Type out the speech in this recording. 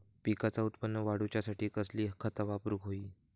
पिकाचा उत्पन वाढवूच्यासाठी कसली खता वापरूक होई?